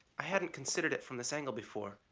i hadn't considered it from this angle before.